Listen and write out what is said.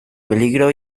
peligro